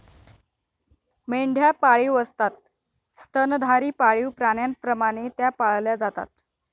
मेंढ्या पाळीव असतात स्तनधारी पाळीव प्राण्यांप्रमाणे त्या पाळल्या जातात